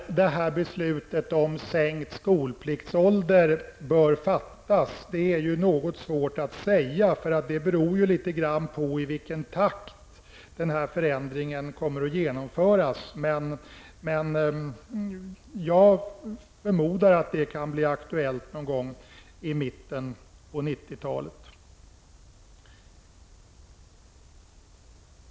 Det är svårt att säga när detta beslut om sänkt skolpliktsålder bör fattas. Det beror litet grand på i vilken takt den här förändringen kommer att genomföras. Jag förmodar att det kan bli aktuellt någon gång i mitten av 90-talet.